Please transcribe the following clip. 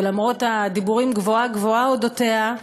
ולמרות הדיבורים גבוהה-גבוהה על אודותיה,